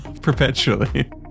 perpetually